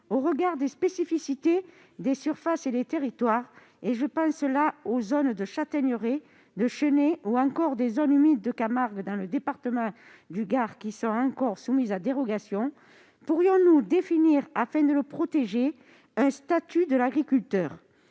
au regard des spécificités des surfaces et des territoires- je pense là aux zones de châtaigneraies, de chênaies, ou encore aux zones humides de Camargue, dans le département du Gard, qui sont encore soumises à dérogation -, pourrions-nous définir, afin de le protéger, un statut de l'agriculteur ?